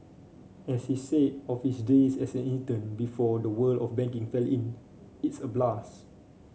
as he said of his days as an intern before the world of banking fell in it's a blast